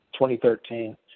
2013